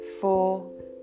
four